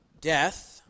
death